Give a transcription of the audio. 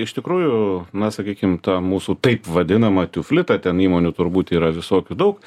iš tikrųjų na sakykim ta mūsų taip vadinama tiuvlita ten įmonių turbūt yra visokių daug